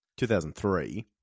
2003